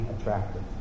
attractive